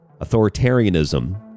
authoritarianism